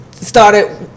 started